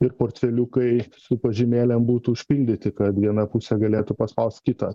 ir portfeliukai su pažymėlėm būtų užpildyti kad viena pusė galėtų paspaust kitą